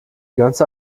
ganze